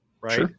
right